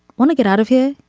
want to get out of here.